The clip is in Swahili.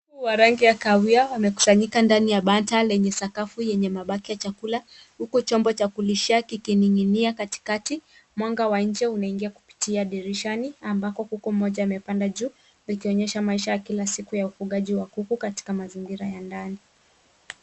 Kuku wa rangi ya kahawia wamekusanyika ndani ya banda lenye sakafu yenye mabaki ya chakula huku chombo cha kulishia kikining'inia katikati. Mwanga wa nje unaingia kupitia dirishani ambako kuku mmoja amepanda juu ikionyesha maisha ya kila siku ya ufugaji wa kuku katika mazingira ya ndani.